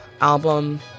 album